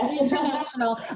International